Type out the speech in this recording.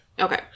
Okay